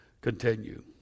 continue